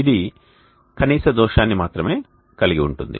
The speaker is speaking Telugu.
ఇది కనీస దోషాన్ని మాత్రమే కలిగి ఉంటుంది